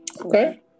okay